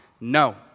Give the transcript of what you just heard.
No